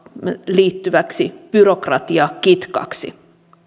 liittyväksi byrokratiakitkaksi